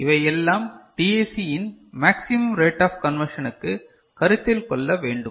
இவை எல்லாம் டிஏசி இன் மாக்ஸிமும் ரேட் ஆஃப் கண்வர்சனுக்கு கருத்தில் கொள்ள வேண்டும்